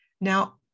Now